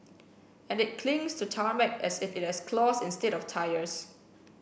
and it clings to tarmac as if it has claws instead of tyres